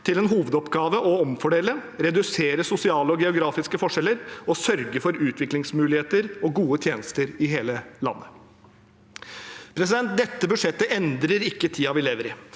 til en hovedoppgave å omfordele, redusere sosiale og geografiske forskjeller og sørge for utviklingsmuligheter og gode tjenester i hele landet. Dette budsjettet endrer ikke tiden vi lever i,